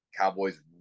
Cowboys